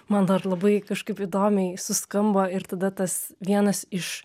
man dar labai kažkaip įdomiai suskambo ir tada tas vienas iš